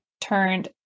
turned